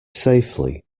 safely